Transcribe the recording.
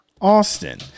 austin